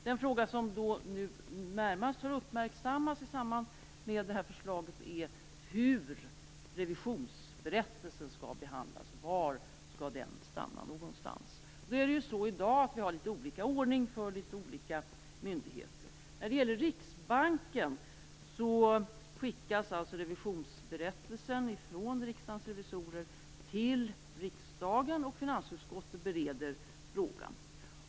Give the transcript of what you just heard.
Den fråga som närmast har uppmärksammats i samband med detta förslag är hur revisionsberättelsen skall behandlas. Var skall den stanna någonstans? I dag är det litet olika ordning för olika myndigheter. När det gäller Riksbanken skickas revisionsberättelsen från Riksdagens revisorer till riksdagen, och finansutskottet bereder frågan.